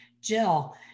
Jill